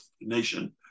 nation